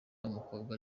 w’umukobwa